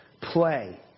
play